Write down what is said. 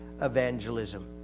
evangelism